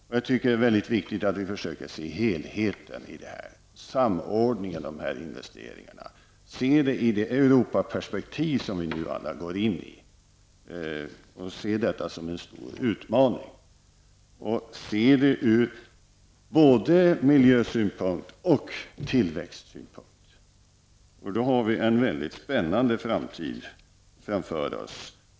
Och jag tycker att det är mycket viktigt att vi försöker se helheten i detta, samordna investeringarna, se detta i ett Europaperspektiv och se detta som en stor utmaning. Man måste se detta ur både miljösynpunkt och tillväxtsynpunkt. Då har vi en mycket spännande framtid framför oss.